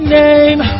name